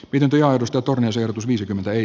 pidempi arvosteltu myös erotus viisikymmentä ei